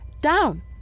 down